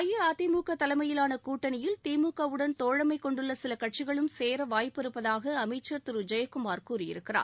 அஇஅதிமுக தலைமையிலான கூட்டனியில்திமுகவுடன் தோழமை கொண்டுள்ள சில கட்சிகளும் சேர வாய்ப்பு இருப்பதாக மாநில அமைச்சர் திரு ஜெயக்குமார் கூறியிருக்கிறார்